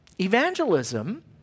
Evangelism